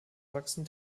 wachsen